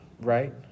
right